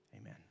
Amen